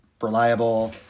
reliable